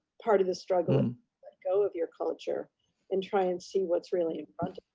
part of the struggle, and let go of your culture and try and see what's really in front